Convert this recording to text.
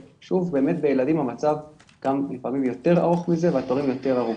ובילדים המצב הוא לפעמים שהתורים יותר ארוכים.